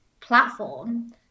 platform